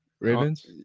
Ravens